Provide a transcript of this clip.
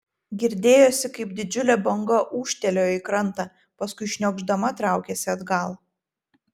girdėjosi kaip didžiulė banga ūžtelėjo į krantą paskui šniokšdama traukėsi atgal